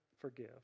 forgive